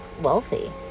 wealthy